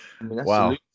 Wow